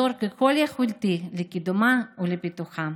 ולעזור ככל יכולתי לקידומה ולפיתוחה.